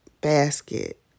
basket